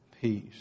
peace